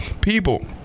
People